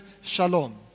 shalom